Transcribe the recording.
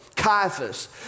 Caiaphas